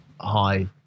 high